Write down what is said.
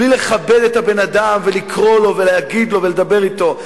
בלי לכבד את הבן-אדם ולקרוא לו ולהגיד לו ולדבר אתו?